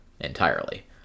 entirely